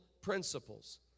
principles